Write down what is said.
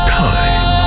time